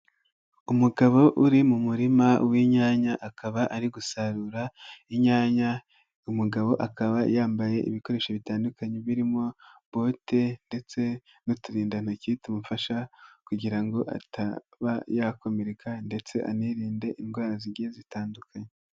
Umugabo uri mu murima w'inyanya, akaba ari gusarura inyanya, umugabo akaba yambaye ibikoresho bitandukanye, birimo bote ndetse n'uturindantoki, tumufasha kugira ngo ataba yakomereka ndetse anirinde indwara zigiye zitandukanye.